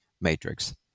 matrix